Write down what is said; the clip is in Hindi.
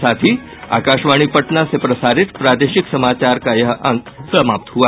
इसके साथ ही आकाशवाणी पटना से प्रसारित प्रादेशिक समाचार का ये अंक समाप्त हुआ